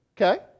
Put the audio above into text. Okay